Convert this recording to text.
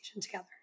together